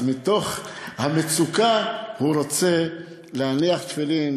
אז מתוך המצוקה הוא רוצה להניח תפילין,